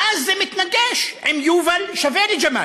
ואז זה מתנגד ליובל שווה לג'מאל.